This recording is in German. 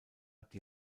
die